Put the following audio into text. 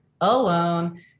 alone